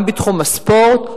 גם בתחום הספורט,